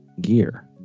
Gear